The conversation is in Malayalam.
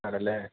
ആണല്ലേ